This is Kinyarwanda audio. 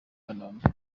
kanombe